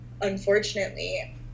unfortunately